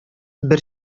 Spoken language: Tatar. бер